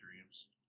dreams